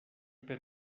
per